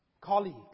colleagues